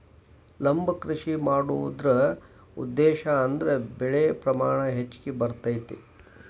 ಲಂಬ ಕೃಷಿ ಮಾಡುದ್ರ ಉದ್ದೇಶಾ ಅಂದ್ರ ಬೆಳೆ ಪ್ರಮಾಣ ಹೆಚ್ಗಿ ಬರ್ತೈತಿ